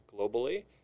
globally